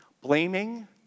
Blaming